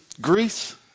Greece